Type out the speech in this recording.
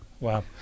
Wow